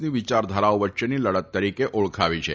ની વિચારધારાઓ વચ્ચેની લડત તરીકે ઓળખાવી છે